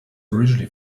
originally